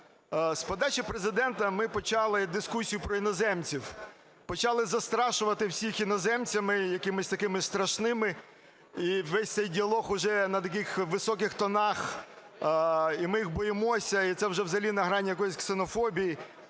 З подачі Президента ми почали дискусію про іноземців, почали застрашувати всіх іноземцями якимись такими страшними і весь цей діалог вже на таких високих тонах, і ми їх боїмося, і це вже взагалі на грані якоїсь ксенофобії.